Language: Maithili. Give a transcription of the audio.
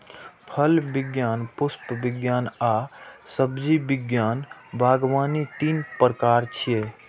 फल विज्ञान, पुष्प विज्ञान आ सब्जी विज्ञान बागवानी तीन प्रकार छियै